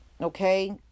Okay